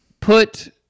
put